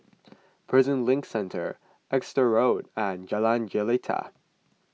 Prison Link Centre Exeter Road and Jalan Jelita